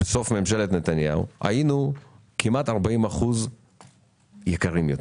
בסוף ממשלת נתניהו, היינו כמעט 40% יקרים יותר.